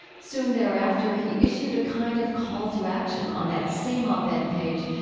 soon thereafter, he issued a kind of call to action on that same op-ed page,